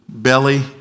belly